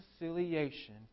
reconciliation